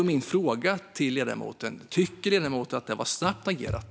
Min fråga är om ledamoten tycker att det var snabbt agerat.